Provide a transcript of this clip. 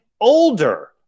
older